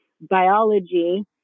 biology